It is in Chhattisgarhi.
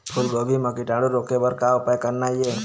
फूलगोभी म कीटाणु रोके बर का उपाय करना ये?